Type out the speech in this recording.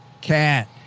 cat